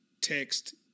Text